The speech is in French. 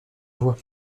voix